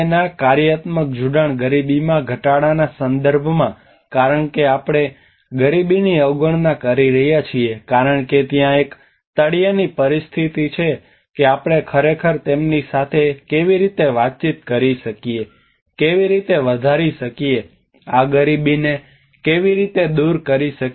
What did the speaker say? ના કાર્યાત્મક જોડાણ ગરીબીમાં ઘટાડાના સંદર્ભમાં કારણ કે આપણે ગરીબીની અવગણના કરી રહ્યા છીએ કારણ કે ત્યાં એક તળિયાની પરિસ્થિતિ છે કે આપણે ખરેખર તેમની સાથે કેવી રીતે વાતચીત કરી શકીએ કેવી રીતે વધારી શકીએ આ ગરીબીને કેવી રીતે દૂર કરી શકીએ